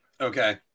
Okay